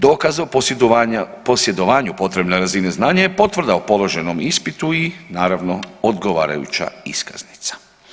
Dokaz o posjedovanju potrebne razine znanja je potvrda o položenom ispitu i naravno odgovarajuća iskaznica.